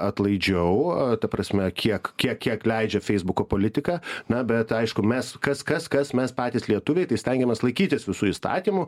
atlaidžiau ta prasme kiek kiek kiek leidžia feisbuko politika na bet aišku mes kas kas kas mes patys lietuviai tai stengiamės laikytis visų įstatymų